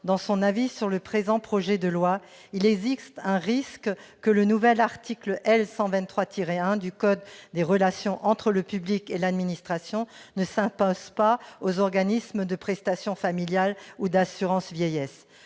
dans son avis sur le présent projet de loi, il existe un risque que le nouvel article L. 123-1 du code des relations entre le public et l'administration ne s'impose pas aux organismes de prestations familiales ou d'assurance vieillesse.